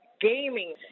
gaming